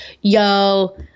yo